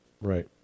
Right